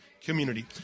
community